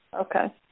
Okay